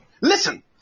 listen